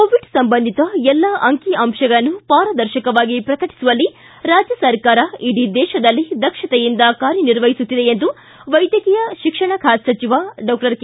Covid ಸಂಬಂಧಿತ ಎಲ್ಲಾ ಅಂಕಿ ಅಂಶಗಳನ್ನು ಪಾರದರ್ಶಕವಾಗಿ ಪ್ರಕಟಿಸುವಲ್ಲಿ ರಾಜ್ಯ ಸರ್ಕಾರ ಇಡೀ ದೇಶದಲ್ಲೇ ದಕ್ಷತೆಯಿಂದ ಕಾರ್ಯನಿರ್ವಹಿಸುತ್ತಿದೆ ಎಂದು ವೈದ್ಯಕೀಯ ಶಿಕ್ಷಣ ಖಾತೆ ಸಚಿವ ಡಾಕ್ಟರ್ ಕೆ